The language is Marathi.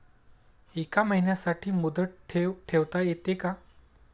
एका महिन्यासाठी मुदत ठेव ठेवता येते का?